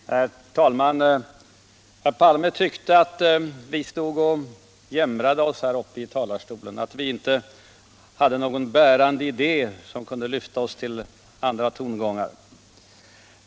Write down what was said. Herr talman! Herr Palme tyckte att vi stod och ”jämrade oss” här uppe i talarstolen, att vi inte hade någon bärande idé som kunde lyfta oss till andra tongångar.